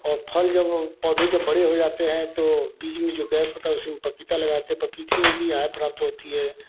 और फल जब पौधे जब बड़े हो जाते हैं तो बीच में जो गैप होता है उसी में पपीता लगाते हैं पपीते से भी आय प्राप्त होती है